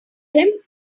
him